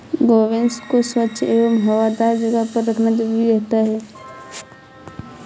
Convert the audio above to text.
गोवंश को स्वच्छ एवं हवादार जगह पर रखना जरूरी रहता है